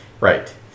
Right